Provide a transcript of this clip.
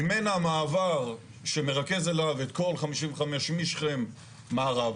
ממנה המעבר שמרכז אליו את כל 55 משכם מערבה,